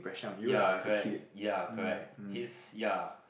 ya correct ya correct his ya